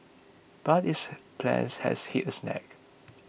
but its plans has hit a snag